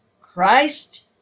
Christ